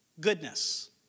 Goodness